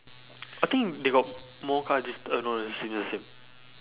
I think they got more cards this uh no lah ya same ya same